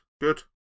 good